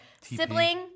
sibling